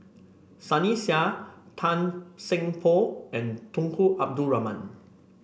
Sunny Sia Tan Seng Poh and Tunku Abdul Rahman